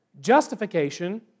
Justification